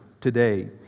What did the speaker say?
today